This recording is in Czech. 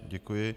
Děkuji.